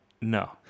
No